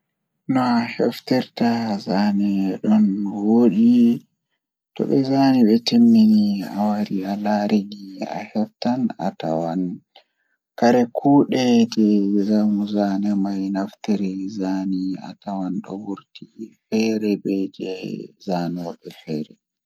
No aheftirta zaane ɗon woodi E nder waawde e art, ɓuri ko waɗde no anndon e yaajol. Ko ɗum waawi heɓugol sabu, ngoodi e konngol, e teddungal kaɗi waɗde e kadi yawre. Fii art ko ƴettude, no wondi ɗum tawde, e jeyɗi hay goonga e yimɓe.